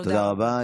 תודה רבה.